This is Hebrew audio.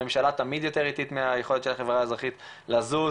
הממשלה תמיד יותר איטית מהיכולת של החברה האזרחית לזוז,